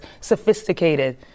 sophisticated